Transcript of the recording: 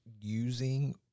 using